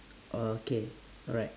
okay alright